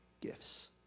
gifts